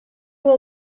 will